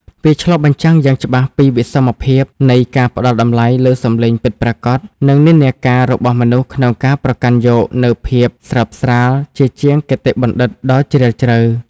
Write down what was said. វាឆ្លុះបញ្ចាំងយ៉ាងច្បាស់ពីវិសមភាពនៃការផ្ដល់តម្លៃលើសំឡេងពិតប្រាកដ និងនិន្នាការរបស់មនុស្សក្នុងការប្រកាន់យកនូវភាពស្រើបស្រាលជាជាងគតិបណ្ឌិតដ៏ជ្រាលជ្រៅ។